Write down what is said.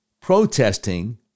protesting